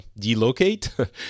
delocate